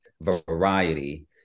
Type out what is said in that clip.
variety